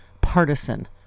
partisan